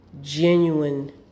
genuine